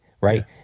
right